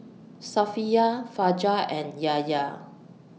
Safiya Fajar and Yahya